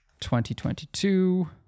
2022